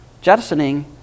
jettisoning